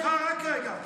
סליחה, רק רגע.